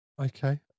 okay